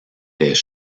des